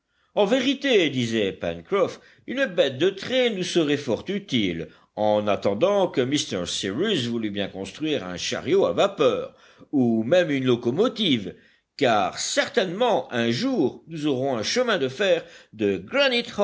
en vérité disait pencroff une bête de trait nous serait fort utile en attendant que m cyrus voulût bien construire un chariot à vapeur ou même une locomotive car certainement un jour nous aurons un chemin de fer de